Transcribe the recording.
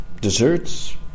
desserts